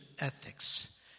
ethics